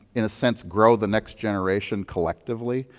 in a sense, grow the next generation collectively.